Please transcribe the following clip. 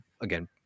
again